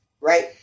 right